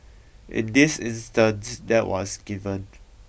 in this instance that was given